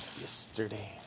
yesterday